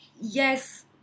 yes